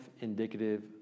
indicative